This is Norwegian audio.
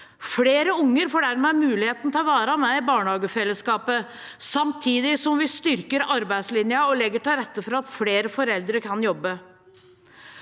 Flere barn får dermed muligheten til å være med i barnehagefellesskapet, samtidig som vi styrker arbeidslinjen og legger til rette for at flere foreldre kan jobbe.